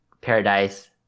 paradise